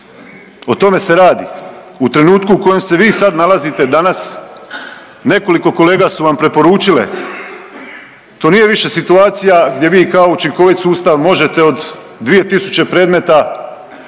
o tome se radi. U trenutku u kojem se vi sad nalazite danas nekoliko kolega su vam preporučile to nije više situacija gdje vi kao učinkovit sustav možete od 2000 predmeta